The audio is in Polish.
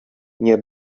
nie